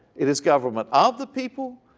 it is government of the people,